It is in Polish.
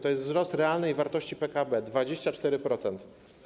To jest wzrost realnej wartości PKB: 24%.